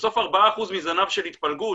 בסוף 4% מזנב של התפלגות,